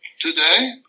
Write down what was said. today